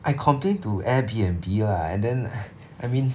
I complain to Air B_N_B lah and then I mean